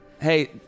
Hey